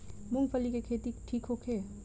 मूँगफली के खेती ठीक होखे?